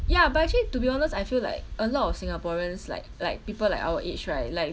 ya but actually to be honest I feel like a lot of singaporeans like like people like our age right like